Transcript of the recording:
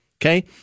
Okay